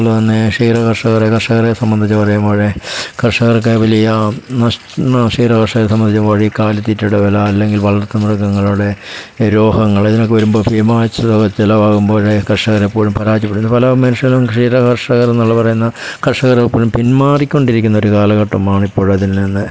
അതുപോലെതന്നെ ക്ഷീര കർഷകരെ സംബന്ധിച്ചു പറയുമ്പോൾ കർഷകർക്കു വലിയ നഷ് ക്ഷീരകർഷകരെ സംബന്ധിച്ച് ഇപ്പോൾ കാലിത്തീറ്റയുടെ വില അല്ലെങ്കിൽ വളർത്തു മൃഗങ്ങളുടെ രോഗങ്ങൾ ഇതൊക്കെ വരുമ്പോൾ ഭീമമായി ചിലവാകുമ്പോഴേ കർഷകർ എപ്പോഴും പരാജയപ്പെടുന്നു പല മനുഷ്യനും ക്ഷീരകർഷകരെന്നുള്ള എന്നു പറയുന്ന കർഷകർ എപ്പോഴും പിന്മാറിക്കൊണ്ടിരിക്കുന്ന ഒരു കാലഘട്ടമാണ് ഇപ്പോൾ അതിൽ നിന്ന്